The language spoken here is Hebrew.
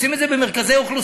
עושים את זה במרכזי אוכלוסייה.